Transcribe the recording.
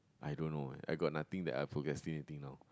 I don't know leh I got nothing that I procrastinating now